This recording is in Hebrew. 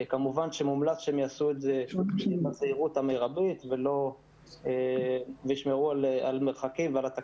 וכמובן שמומלץ שהן יעשו את זה בזהירות המרבית תוך שמירה על התקנות.